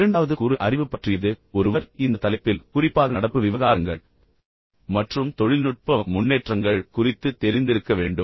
இரண்டாவது கூறு அறிவு பற்றியது ஒருவர் இந்த தலைப்பில் குறிப்பாக நடப்பு விவகாரங்கள் மற்றும் தொழில்நுட்ப முன்னேற்றங்கள் குறித்து தெரிந்து இருக்க வேண்டும்